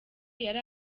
yari